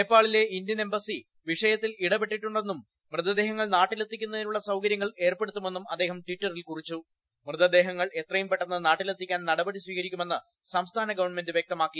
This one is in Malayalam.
നേപ്പാളിലെ ഇന്ത്യൻ എംബസി വിഷയത്തിൽ ഇടപെട്ടിട്ടുണ്ടെന്നും മൃതദേഹങ്ങൾ നാട്ടിലെത്തിക്കുന്നതിനുള്ള സൌകര്യങ്ങൾ ഏർപ്പെടുത്തുമെന്നും അദ്ദേഹം ടിറ്ററിൽ കുറിച്ച മൃതദേഹങ്ങൾ എത്രയും പെട്ടെന്ന് നാട്ടിലെത്തിക്കാൻ നടപടി സ്വീകരിക്കുമെന്ന് സംസ്ഥാന ഗവൺമെന്റ് വൃക്തമാക്കി